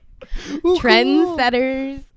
Trendsetters